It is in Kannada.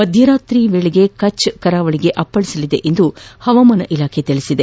ಮಧ್ಯರಾತ್ರಿಯ ವೇಳೆಗೆ ಕಭ್ ಕರಾವಳಿಯನ್ನು ಅಪ್ಪಳಿಸಲಿದೆ ಎಂದು ಹವಾಮಾನ ಇಲಾಖೆ ತಿಳಿಸಿದೆ